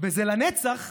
וזה לנצח,